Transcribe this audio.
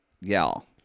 y'all